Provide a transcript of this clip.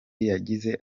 yagize